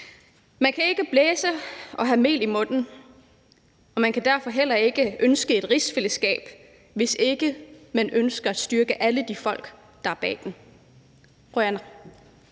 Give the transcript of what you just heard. Man kan ikke både blæse og have mel i munden, og man kan derfor heller ikke ønske et rigsfællesskab, hvis ikke man ønsker at styrke alle de folk, der lever i det.